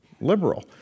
liberal